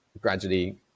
gradually